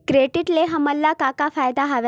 Credit ले हमन का का फ़ायदा हवय?